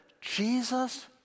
Jesus